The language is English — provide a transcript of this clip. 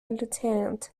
lieutenant